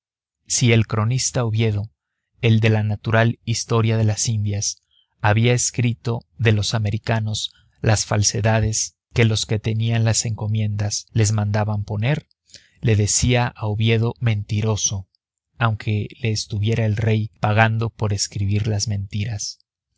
si el cronista oviedo el de la natural historia de las indias había escrito de los americanos las falsedades que los que tenían las encomiendas le mandaban poner le decía a oviedo mentiroso aunque le estuviera el rey pagando por escribir las mentiras